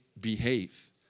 behave